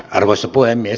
arvoisa puhemies